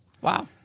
Wow